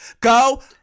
Go